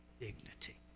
dignity